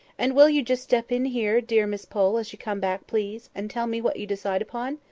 and will you just step in here, dear miss pole, as you come back, please, and tell me what you decide upon?